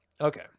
Okay